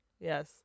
yes